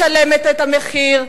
משלמת את המחיר,